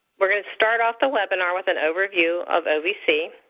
we're going to start off the webinar with an overview of ovc.